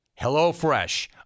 HelloFresh